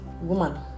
woman